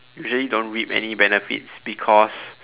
usually don't reap any benefits because